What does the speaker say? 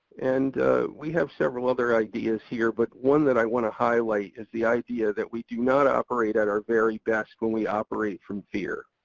and we have several other ideas here, but one that i want to highlight is the idea that we do not operate at our very best when we operate from fear.